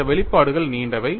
இந்த வெளிப்பாடுகள் நீண்டவை